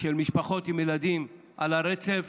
של משפחות עם ילדים על הרצף